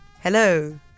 Hello